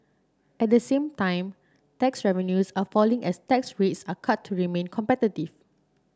at the same time tax revenues are falling as tax rates are cut to remain competitive